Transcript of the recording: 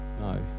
no